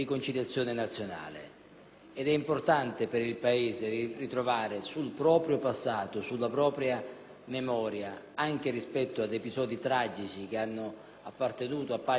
Ed è importante, per il Paese, ritrovare sul proprio passato, sulla propria memoria, anche rispetto ad episodi tragici che sono appartenuti a pagine tristi